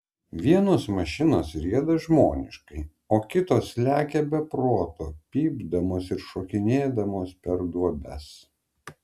vienos mašinos rieda žmoniškai o kitos lekia be proto pypdamos ir šokinėdamos per duobes